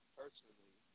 personally